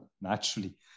naturally